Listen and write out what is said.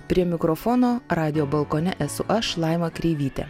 prie mikrofono radijo balkone esu aš laima kreivytė